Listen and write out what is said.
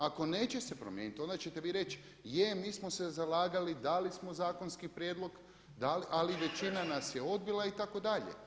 Ako neće se promijeniti onda ćete vi reći je mi smo se zalagali, dali smo zakonski prijedlog, ali većina nas je odbila itd.